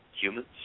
humans